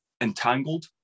entangled